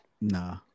Nah